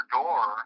door